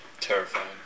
Terrifying